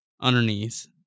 underneath